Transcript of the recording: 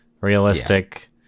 Realistic